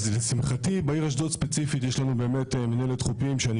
אז לשמחתי בעיר אשדוד ספציפית יש לנו באמת מנהלת חופים שאני